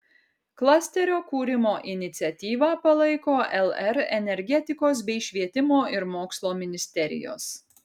klasterio kūrimo iniciatyvą palaiko lr energetikos bei švietimo ir mokslo ministerijos